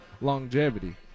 longevity